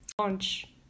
launch